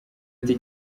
ati